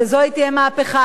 שזאת תהיה מהפכה,